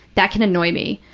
that can annoy me,